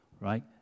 right